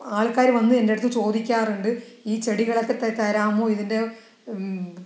ആൾക്കാര് വന്ന് എന്റെ അടുത്ത് ചോദിക്കാറുണ്ട് ഈ ചെടികളൊക്കെ തരാമോ ഇതിന്റെ